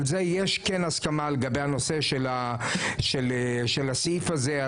על זה יש כן הסכמה לגבי הנושא של הסעיף הזה.